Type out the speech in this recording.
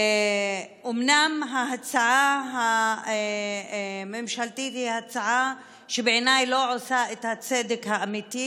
אומנם ההצעה הממשלתית היא הצעה שבעיניי לא עושה את הצדק האמיתי: